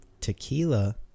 tequila